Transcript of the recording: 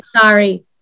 sorry